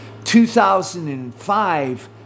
2005